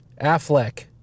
Affleck